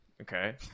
okay